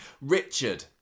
Richard